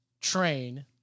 Train